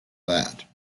that